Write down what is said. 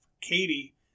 Katie